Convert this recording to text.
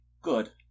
good